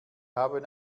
haben